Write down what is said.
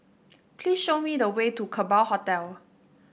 please show me the way to Kerbau Hotel